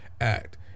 act